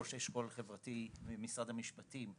ראש אשכול חברתי ממשרד המשפטים.